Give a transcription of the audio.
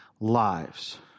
lives